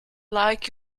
like